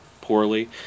poorly